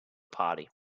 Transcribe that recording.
party